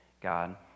God